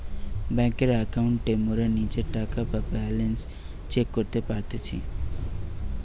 বেংকের একাউন্টে মোরা নিজের টাকা বা ব্যালান্স চেক করতে পারতেছি